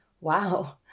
wow